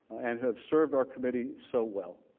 and who have served our committee so well.